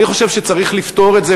אני חושב שצריך לפתור את זה,